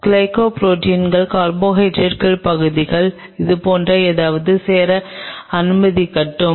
கிளைகோபுரோட்டினின் carbohydrate பகுதியை இதுபோன்ற ஏதாவது சேர அனுமதிக்கட்டும்